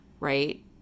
right